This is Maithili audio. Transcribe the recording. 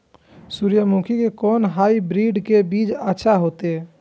सूर्यमुखी के कोन हाइब्रिड के बीज अच्छा होते?